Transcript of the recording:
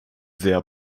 sehr